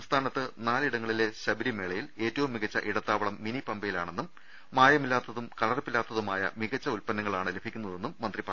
സംസ്ഥാനത്ത് നാലിടങ്ങളിലെ ശബരിമേളയിൽ ഏറ്റവും മികച്ച ഇടത്താവളം മിനി പമ്പയിലാണെന്നും മായമില്ലാ ത്തതും കലർപ്പില്ലാത്തതുമായ മികച്ച ഉല്പന്നങ്ങളാണ് ലഭിക്കുന്നതെന്നും മന്ത്രി പറഞ്ഞു